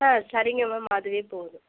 ஆ சரிங்க மேம் அதுவே போதும்